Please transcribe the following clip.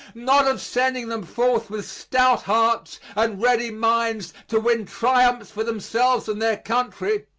not of sending them forth with stout hearts and ready minds to win triumphs for themselves and their country,